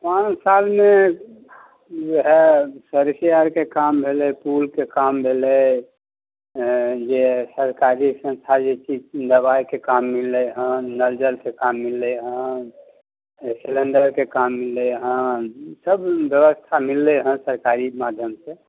पाँच सालमे जे हए सड़के आरके काम भेलै पुलके काम भेलै जे सरकारी सँस्था जे छै दवाइके काम मिललै हँ नल जलके काम मिललै हँ सलेण्डरके काम मिललै हँ सब व्यवस्था मिललै हँ सरकारी माध्यम से